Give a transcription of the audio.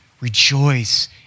Rejoice